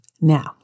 Now